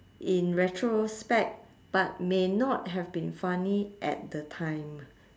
in retrospect but may not have been funny at the time